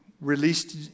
released